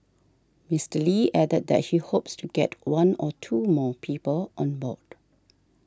Mister Lee added that he hopes to get one or two more people on board